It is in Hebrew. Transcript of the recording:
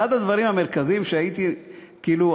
אחד הדברים המרכזיים שהייתי כאילו,